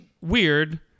weird